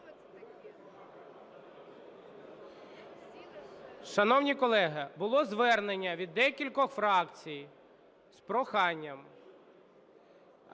Шановні колеги, було звернення від декількох фракцій з проханням